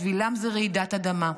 בשבילם זאת רעידת אדמה.